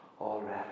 already